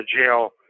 jail